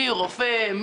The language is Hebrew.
מי רופא,